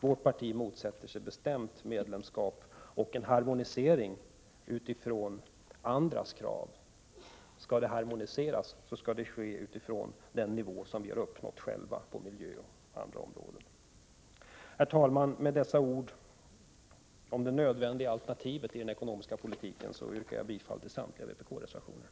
Vårt parti motsätter sig bestämt medlemskap och en harmonisering utifrån andras krav. Skall det harmoniseras så skall det ske utifrån den nivå som vi har uppnått själva på miljöområdet och andra områden. Herr talman! Med dessa ord om det nödvändiga alternativet inom den ekonomiska politiken yrkar jag bifall till samtliga vpk-reservationer.